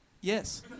yes